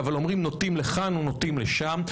אבל אומרים שהם נוטים לכאן או נוטים לשם.